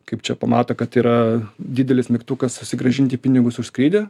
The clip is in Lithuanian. kaip čia pamato kad yra didelis mygtukas susigrąžinti pinigus už skrydį